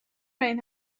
این